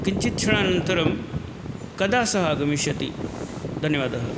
किञ्चित् क्षणानन्तरं कदा सः आगमिष्यति धन्यवादः